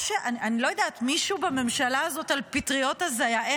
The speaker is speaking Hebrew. אני לא יודעת, מישהו בממשלה הזאת על פטריות הזיה.